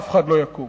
אף אחד לא יקום,